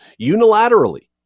unilaterally